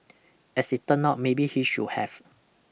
as it turned out maybe he should have